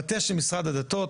המטה של משרד הדתות,